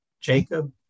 jacob